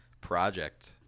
project